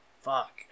fuck